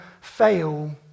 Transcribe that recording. fail